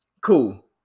Cool